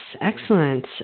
excellent